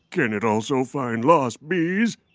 can it also find lost bees?